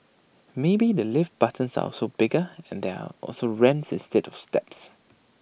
maybe the lift buttons are also bigger and there are also ramps instead of steps